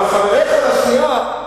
בסדר, אבל חבריך לסיעה,